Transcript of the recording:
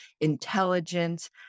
intelligence